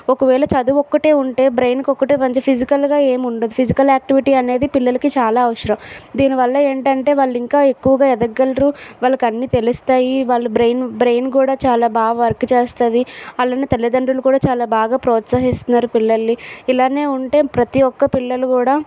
ఒకవేళ చదువు ఒక్కటే ఉంటే బ్రెయిన్ ఒక్కటే మంచి ఫిజికల్గా ఏమి ఉండదు ఫిజికల్ యాక్టివిటీ అనేది పిల్లలకు చాలా అవసరం దీనివల్ల ఏంటంటే వాళ్ళు ఇంకా ఎక్కువగా ఎదగగలరు వాళ్ళకు అన్నీ తెలుస్తాయి వాళ్ళు బ్రెయిన్ బ్రెయిన్ కూడా చాలా బాగా వర్క్ చేస్తుంది వాళ్ళని తల్లిదండ్రులు కూడా చాలా బాగా ప్రోత్సహిస్తున్నారు పిల్లల్ని ఇలా ఉంటే ప్రతి ఒక్క పిల్లలు కూడా